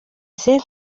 mfite